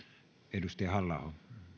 arvoisa herra